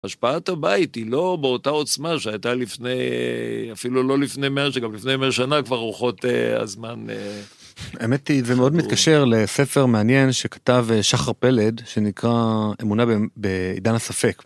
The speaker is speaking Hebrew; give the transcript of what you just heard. השפעת הבית היא לא באותה עוצמה שהייתה לפני, אפילו לא לפני מאה, גם לפני מאה שנה כבר רוחות הזמן. - האמת היא זה מאוד מתקשר לספר מעניין שכתב שחר פלד שנקרא אמונה בעידן הספק.